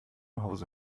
hause